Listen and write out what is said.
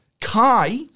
Kai